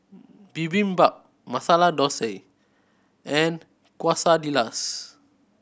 Bibimbap Masala Dosa and Quesadillas